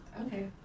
okay